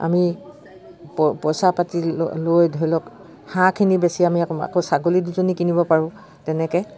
আমি পইচা পাতি লৈ ধৰি লওক হাঁহখিনি বেছি আমি আকৌ আকৌ ছাগলী দুজনী কিনিব পাৰোঁ তেনেকৈ